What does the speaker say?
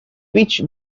peach